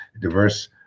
diverse